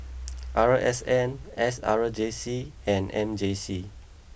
R S N S R J C and M J C